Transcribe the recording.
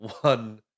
one